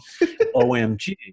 OMG